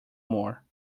more